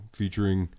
featuring